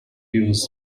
use